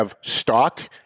stock